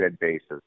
basis